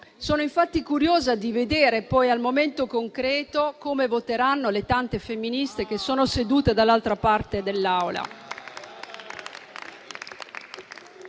Sono infatti curiosa di vedere poi, al momento concreto, come voteranno le tante femministe che sono sedute dall'altra parte dell'Aula.